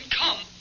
come